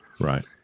right